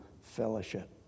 fellowship